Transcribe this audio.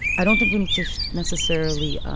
i don't think we need to necessarily,